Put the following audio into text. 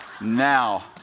Now